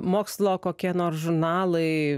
mokslo kokia nors žurnalai